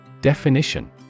Definition